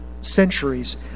centuries